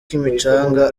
kimicanga